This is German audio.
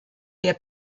der